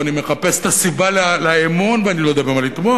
אני מחפש את הסיבה לאמון ואני לא יודע במה לתמוך,